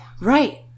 Right